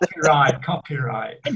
Copyright